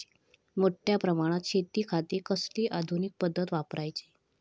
मोठ्या प्रमानात शेतिखाती कसली आधूनिक पद्धत वापराची?